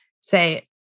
say